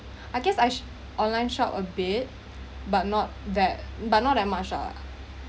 I guess I sho~ online shop a bit but not that but not that much ah